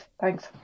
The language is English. Thanks